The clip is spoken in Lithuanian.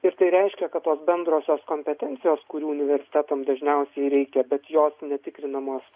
ir tai reiškia kad tos bendrosios kompetencijos kurių universitetam dažniausiai reikia bet jos netikrinamos